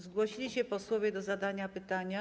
Zgłosili się posłowie do zadania pytania.